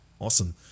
Awesome